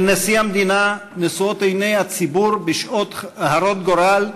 אל נשיא המדינה נשואות עיני הציבור בשעות הרות גורל,